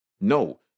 No